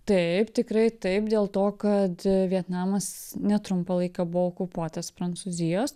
taip tikrai taip dėl to kad vietnamas netrumpą laiką buvo okupuotas prancūzijos